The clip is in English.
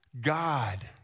God